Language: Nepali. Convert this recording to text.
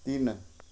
तिन